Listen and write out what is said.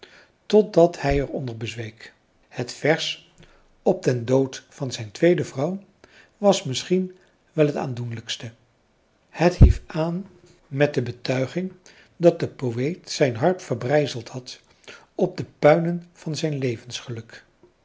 totdat hij er onder bezweek het vers op den dood van zijn tweede vrouw was misschien wel het aandoenlijkste het hief aan met de betuiging dat de poëet zijn harp verbrijzeld had op de puinen van zijn